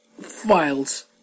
files